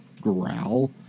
growl